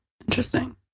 Interesting